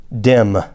dim